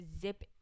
zip